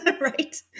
right